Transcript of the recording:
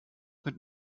mit